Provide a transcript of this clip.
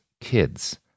Kids